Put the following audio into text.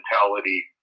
mentality